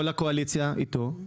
כל הקואליציה, ביחד איתו.